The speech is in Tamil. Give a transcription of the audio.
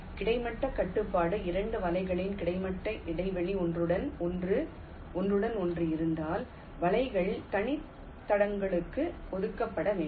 கிடைமட்ட கட்டுப்பாடு 2 வலைகளின் கிடைமட்ட இடைவெளி ஒன்றுடன் ஒன்று ஒன்றுடன் ஒன்று இருந்தால் வலைகள் தனி தடங்களுக்கு ஒதுக்கப்பட வேண்டும்